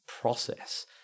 process